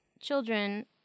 children